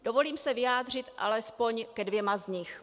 Dovolím se vyjádřit alespoň ke dvěma z nich.